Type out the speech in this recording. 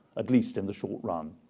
at least in the short run,